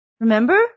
Remember